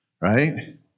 Right